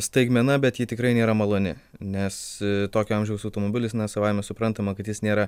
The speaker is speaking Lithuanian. staigmena bet ji tikrai nėra maloni nes tokio amžiaus automobilis na savaime suprantama kad jis nėra